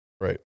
Right